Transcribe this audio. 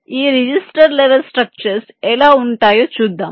ఈ register level structures ఎలా ఉంటాయో చూద్దాం